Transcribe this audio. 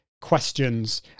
questions